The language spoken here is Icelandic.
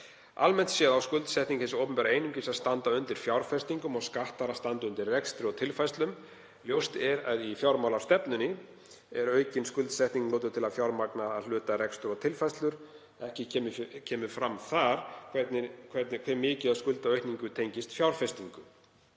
Almennt séð á skuldsetning hins opinbera einungis að standa undir fjárfestingum og skattar að standa undir rekstri og tilfærslum. Ljóst er að í fjármálastefnunni er aukin skuldsetning notuð til að fjármagna að hluta rekstur og tilfærslur. Ekki kemur fram þar hve mikið af skuldaaukningu tengist fjárfestingu.